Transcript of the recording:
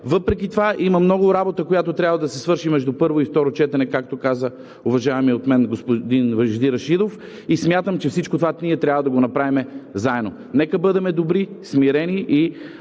Въпреки това има много работа, която трябва да се свърши между първо и второ четене, както каза уважаваният от мен господин Вежди Рашидов, и смятам, че всичко това ние трябва да го направим заедно. Нека бъдем добри, смирени.